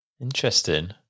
Interesting